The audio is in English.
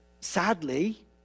sadly